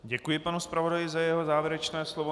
Děkuji panu zpravodaji za jeho závěrečné slovo.